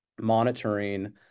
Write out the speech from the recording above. monitoring